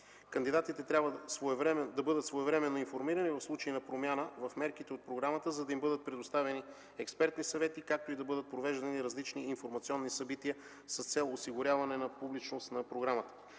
Кандидатите трябва да бъдат своевременно информирани в случай на промяна в мерките от програмата, за да им бъдат предоставени експертни съвети, както и да бъдат провеждани различни информационни събития с цел осигуряване публичност на програмата.